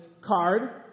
card